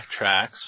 backtracks